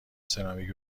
سرامیک